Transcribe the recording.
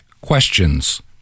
questions